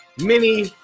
Mini